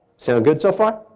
sound good so far?